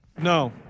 No